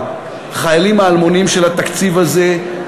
החיילים האלמונים של התקציב הזה,